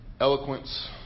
eloquence